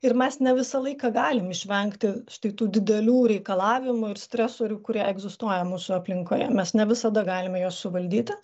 ir mes ne visą laiką galim išvengti štai tų didelių reikalavimų ir stresorių kurie egzistuoja mūsų aplinkoje mes ne visada galime juos suvaldyti